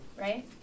right